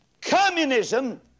communism